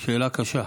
שאלה קשה.